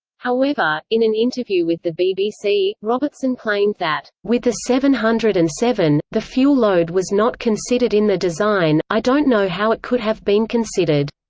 however, in an interview with the bbc, robertson claimed that, with the seven hundred and seven, the fuel load was not considered in the design, i don't know how it could have been considered.